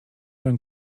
when